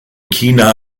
china